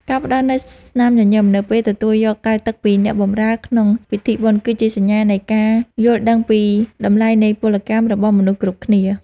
ការផ្តល់នូវស្នាមញញឹមនៅពេលទទួលយកកែវទឹកពីអ្នកបម្រើការក្នុងពិធីបុណ្យ គឺជាសញ្ញានៃការយល់ដឹងពីតម្លៃនៃពលកម្មរបស់មនុស្សគ្រប់គ្នា។